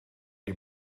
die